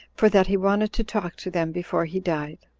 for that he wanted to talk to them before he died.